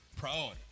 Priority